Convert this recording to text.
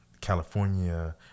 California